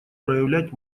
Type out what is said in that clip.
проявлять